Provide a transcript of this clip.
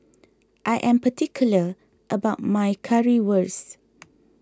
I am particular about my Currywurst